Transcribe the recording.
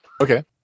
Okay